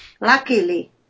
Luckily